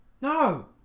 No